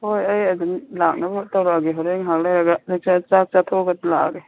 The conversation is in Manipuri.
ꯍꯣꯏ ꯑꯩ ꯑꯗꯨꯝ ꯂꯥꯛꯅꯕ ꯇꯧꯔꯛꯑꯒꯦ ꯍꯣꯔꯦꯟ ꯉꯥꯏꯍꯥꯛ ꯂꯩꯔꯒ ꯆꯥꯛ ꯆꯥꯊꯣꯛꯑꯒ ꯂꯥꯛꯑꯒꯦ